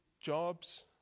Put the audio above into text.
jobs